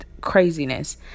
craziness